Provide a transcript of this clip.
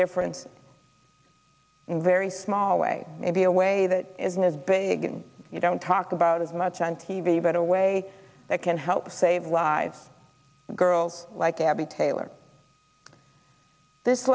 difference in very small way maybe a way that isn't as big you don't talk about as much on t v but a way that can help save lives girls like abby taylor this